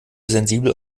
sensibel